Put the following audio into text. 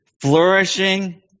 flourishing